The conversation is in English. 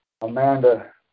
Amanda